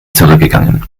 zurückgegangen